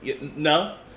No